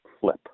flip